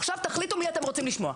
עכשיו תחליטו את מי אתם רוצים לשמוע.